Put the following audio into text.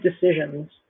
decisions